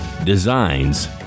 Designs